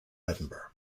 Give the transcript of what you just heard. edinburgh